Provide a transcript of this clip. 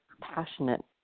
passionate